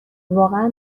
واقعا